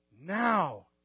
Now